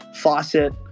faucet